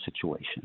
situation